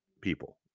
people